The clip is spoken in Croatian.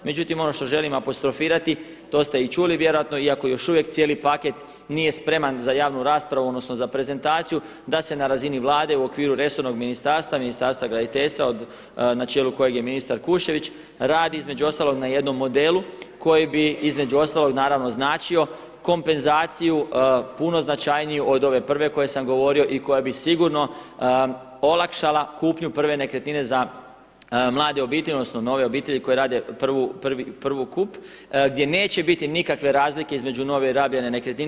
Međutim, ono što želim apostrofirati to ste i čuli vjerojatno iako još uvijek cijeli paket nije spreman za javnu raspravu odnosno za prezentaciju da se na razini Vlade u okviru resornog ministarstva, Ministarstva graditeljstva na čelu kojeg je ministar Kuščević radi između ostaloga na jednom modelu koji bi između ostalog naravno značio kompenzaciju puno značajniju od ove prve o kojoj sam govorio i koja bi sigurno olakšala kupnju prve nekretnine za mlade obitelji odnosno nove obitelji koji rade prvokup gdje neće biti nikakve razlike između nove i rabljene nekretnine.